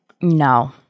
No